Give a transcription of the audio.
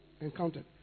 encountered